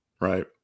Right